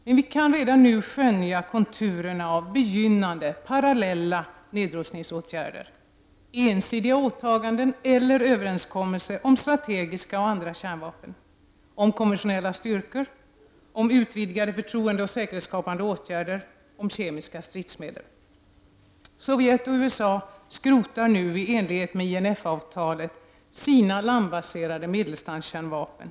Men vi kan redan nu skönja konturerna av begynnande, parallella nedrustningsåtgärder: ensidiga åtaganden eller överenskommelser om strategiska och andra kärnvapen, om konventionella styrkor, om utvidgade förtroendeoch säkerhetsskapande åtgärder och om kemiska stridsmedel. Sovjet och USA skrotar nu i enlighet med INF-avtalet sina landbaserade medeldistanskärnvapen.